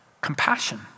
Compassion